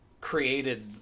created